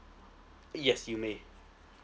yes you may